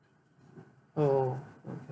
oh okay